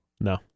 No